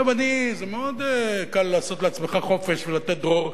זה מאוד קל לעשות לעצמך חופש ולתת דרור,